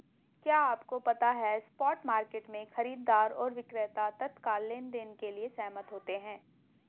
क्या आपको पता है स्पॉट मार्केट में, खरीदार और विक्रेता तत्काल लेनदेन के लिए सहमत होते हैं?